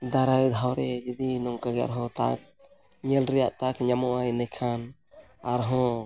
ᱫᱟᱨᱟᱭ ᱫᱷᱟᱣ ᱨᱮ ᱡᱩᱫᱤ ᱱᱚᱝᱠᱟ ᱜᱮ ᱟᱨᱦᱚᱸ ᱛᱟᱠ ᱧᱮᱞ ᱨᱮᱭᱟᱜ ᱛᱟᱠ ᱧᱟᱢᱚᱜᱼᱟ ᱤᱱᱟᱹᱠᱷᱟᱱ ᱟᱨ ᱦᱚᱸ